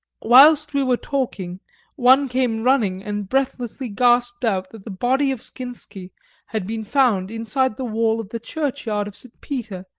whilst we were talking one came running and breathlessly gasped out that the body of skinsky had been found inside the wall of the churchyard of st. peter,